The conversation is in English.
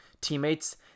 teammates